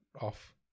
off